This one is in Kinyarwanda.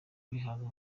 kwihaza